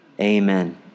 amen